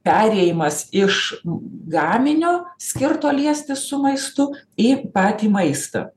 perėjimas iš gaminio skirto liestis su maistu į patį maistą